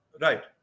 Right